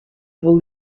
вӑл